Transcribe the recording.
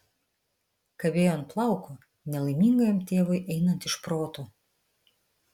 kabėjo ant plauko nelaimingajam tėvui einant iš proto